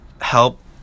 help